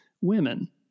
Women